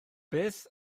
beth